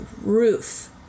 roof